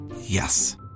Yes